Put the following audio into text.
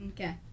Okay